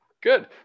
Good